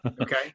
Okay